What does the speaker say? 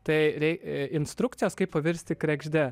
tai reik instrukcijos kaip pavirsti kregžde